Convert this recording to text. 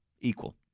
Equal